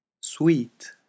Sweet